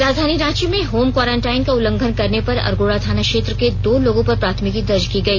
राजधानी रांची में home quarantine का उल्लंघन करने पर अरगोड़ा थाना क्षेत्र के दो लोगों पर प्राथमिकी दर्ज की गई